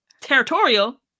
territorial